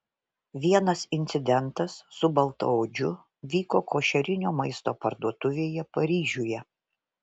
vienas incidentas su baltaodžiu vyko košerinio maisto parduotuvėje paryžiuje